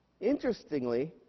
Interestingly